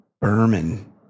Berman